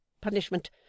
punishment